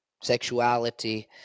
sexuality